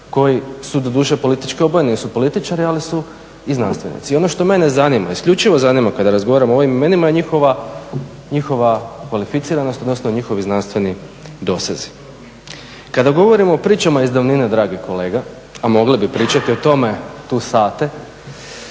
koji su doduše politički obojeni jer su političari ali su i znanstvenici. I ono što mene zanima, isključivo zanima kada razgovaramo o ovim imenima, je njihova kvalificiranost odnosno njihovi znanstveni dosezi. Kada govorimo o pričama iz davnina, dragi kolega, a mogli bi pričati o tome tu sate,